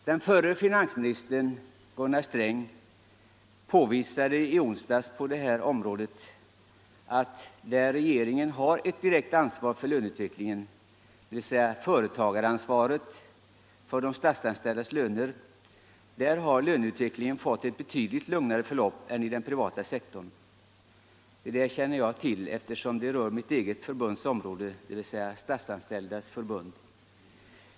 Den förre finansministern Gunnar Sträng påvisade i onsdags på det här området att där regeringen har ett direkt ansvar för löneutvecklingen - dvs. företagaransvaret för de statsanställdas löner — har löneutvecklingen fått ett betydligt lugnare förlopp än inom den privata sektorn. Det där känner jag till, eftersom det rör mitt eget förbunds område — Statsanställdas förbund.